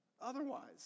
otherwise